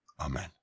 Amen